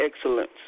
excellence